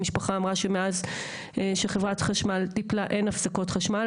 המשפחה אמרה שמאז שחברת חשמל טיפלה אין הפסקות חשמל.